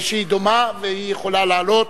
שהיא דומה, והיא יכולה לעלות,